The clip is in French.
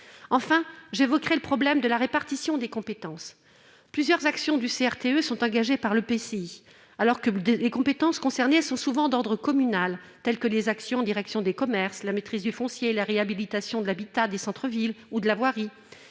conclurai sur le problème de la répartition des compétences. Plusieurs actions du CRTE sont engagées par l'EPCI, alors que les compétences concernées sont souvent d'ordre communal : actions en direction des commerces, maîtrise du foncier, réhabilitation de l'habitat des centres-villes ou de la voirie